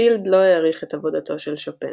פילד לא העריך את עבודתו של שופן.